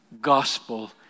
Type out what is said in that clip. gospel